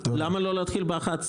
אבל למה לא להתחיל ב-11:00?